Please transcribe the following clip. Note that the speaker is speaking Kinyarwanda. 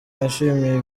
yashimiye